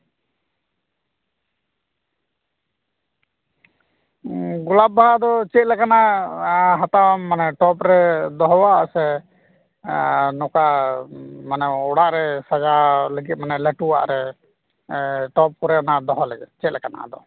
ᱜᱳᱞᱟᱯ ᱵᱟᱦᱟ ᱫᱚ ᱪᱮᱫᱞᱮᱠᱟᱱᱟᱜ ᱦᱟᱛᱟᱣᱟᱢ ᱢᱟᱱᱮ ᱴᱚᱯ ᱨᱮ ᱫᱚᱦᱚᱣᱟᱜ ᱥᱮ ᱱᱚᱝᱠᱟ ᱢᱟᱱᱮ ᱚᱲᱟᱜ ᱨᱮ ᱥᱟᱡᱟᱣ ᱞᱟᱹᱜᱤᱫ ᱢᱟᱱᱮ ᱞᱟᱹᱴᱩᱣᱟᱜ ᱨᱮ ᱚᱱᱟ ᱴᱚᱯ ᱠᱚᱨᱮ ᱫᱚᱦᱚ ᱞᱟᱹᱜᱤᱫ ᱪᱮᱫᱞᱮᱠᱟᱱᱟᱜ ᱟᱫᱚ